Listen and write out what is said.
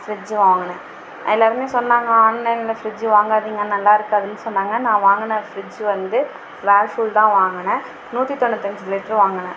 fridge வாங்கினேன் அதுலேருந்து சொன்னாங்க ஆன்லைனில் ஃபிரிட்ஜு வாங்காதீங்க நல்லாயிருக்காதுனு சொன்னாங்க நான் வாங்கின ஃபிரிட்ஜ் வந்து வேர்ஃபூல் தான் வாங்கினேன் நூற்றி தொண்ணூத்தஞ்சு லிட்ரு வாங்கினேன்